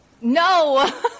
no